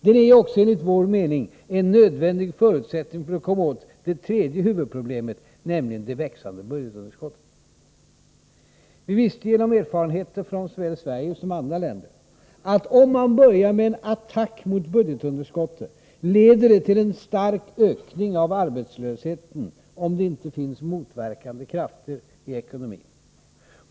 Den är också, enligt vår mening, en nödvändig förutsättning för att komma åt det tredje huvudproblemet, nämligen det växande budgetunderskottet. Vi visste genom erfarenheter från såväl Sverige som andra länder, att om man börjar med en attack mot budgetunderskottet leder det till en stark ökning av arbetslösheten, om det inte finns motverkande krafter i ekonomin.